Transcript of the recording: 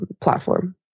platform